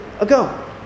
ago